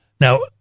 Now